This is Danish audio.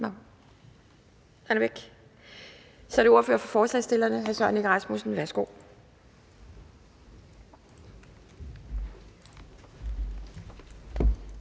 Nej, han er væk. Så er det ordføreren for forslagsstillerne, hr. Søren Egge Rasmussen. Værsgo.